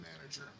manager